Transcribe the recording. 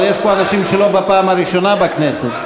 אבל יש פה אנשים שאינם בפעם הראשונה בכנסת.